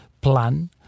plan